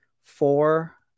four